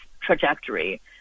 trajectory